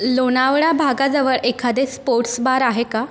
लोनावळा भागाजवळ एखादे sports bar आहे का